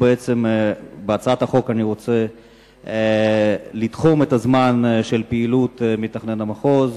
בהצעת החוק אני רוצה לתחום את הזמן של פעילות מתכנן המחוז,